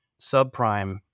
subprime